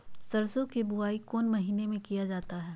सरसो की बोआई कौन महीने में किया जाता है?